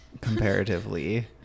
comparatively